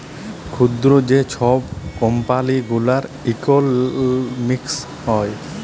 ক্ষুদ্র যে ছব কম্পালি গুলার ইকলমিক্স হ্যয়